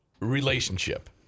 relationship